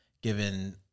given